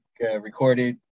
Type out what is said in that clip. recorded